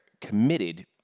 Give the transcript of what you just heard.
committed